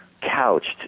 couched